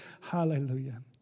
hallelujah